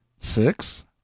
Six